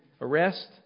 arrest